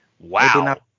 Wow